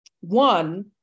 One